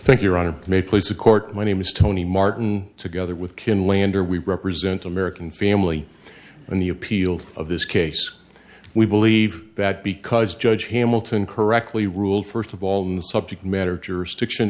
think your honor may place the court my name is tony martin together with ken lander we represent american family and the appeal of this case we believe that because judge hamilton correctly ruled first of all not subject matter jurisdiction